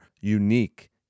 unique